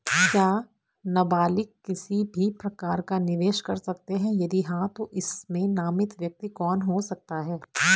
क्या नबालिग किसी भी प्रकार का निवेश कर सकते हैं यदि हाँ तो इसमें नामित व्यक्ति कौन हो सकता हैं?